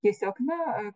tiesiog na